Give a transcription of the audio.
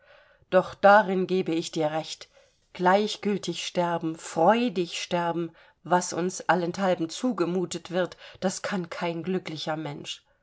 doch darin gebe ich dir recht gleichgültig sterben freudig sterben was uns allenthalben zugemutet wird das kann kein glücklicher mensch